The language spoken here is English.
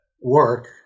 work